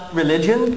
religion